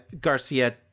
Garcia